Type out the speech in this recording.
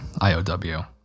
IOW